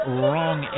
wrong